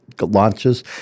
launches